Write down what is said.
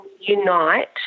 unite